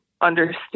understand